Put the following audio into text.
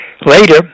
later